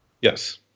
Yes